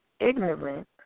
Ignorant